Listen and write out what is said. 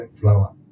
flower